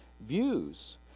views